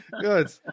Good